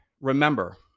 remember